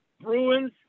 Bruins